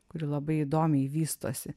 kuri labai įdomiai vystosi